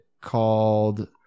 called